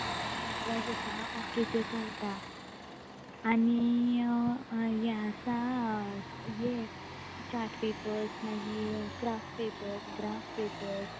नटराज आसा ओके तें चलता आनी हें आसा हें चार्ट पेपर्स मागीर क्राफ्ट पेपर ग्राफ पेपर